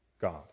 God